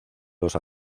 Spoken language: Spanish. los